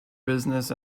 business